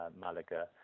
Malaga